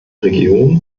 region